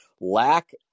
lack